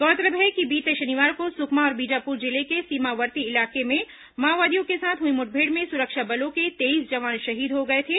गौरतलब है कि बीते शनिवार को सुकमा और बीजापुर जिले के सीमावर्ती इलाके में माओवादियों के साथ हुई मुठभेड़ में सुरक्षा बलों के तेईस जवान शहीद हो गए थे